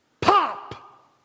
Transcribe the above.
pop